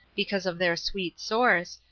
because of their sweet source,